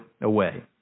away